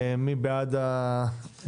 מי בעד הנוסחים?